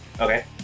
Okay